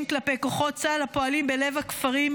כלפי כוחות צה"ל הפועלים בלב הכפרים,